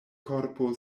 korpo